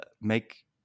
make